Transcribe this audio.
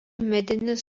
medinis